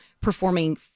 performing